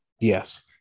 Yes